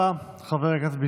איך תסבירו לילדים שלכם,